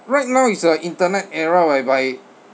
right now is a internet era whereby